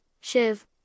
Shiv